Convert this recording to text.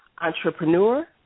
entrepreneur